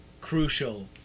crucial